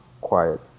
quiet